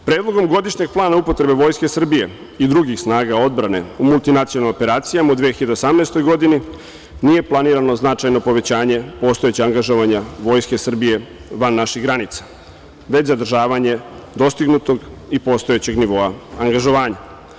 Predlogom godišnjeg plana upotrebe Vojske Srbije i drugih snaga odbrane u multinacionalnim operacijama u 2018. godini nije planirano značajno povećanje postojećeg angažovanja Vojske Srbije van naših granica, već zadržavanje dostignutog i postojećeg nivoa angažovanja.